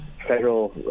federal